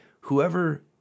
Whoever